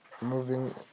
Moving